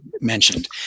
mentioned